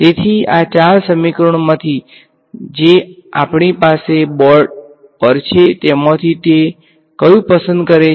તો આ ચાર સમીકરણોમાંથી જે આપણી પાસે બોર્ડ પર છે તેમાંથી તે કયું પસંદ કરે છે